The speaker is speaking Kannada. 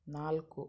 ನಾಲ್ಕು